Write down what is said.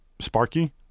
Sparky